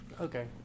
Okay